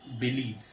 believe